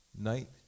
Night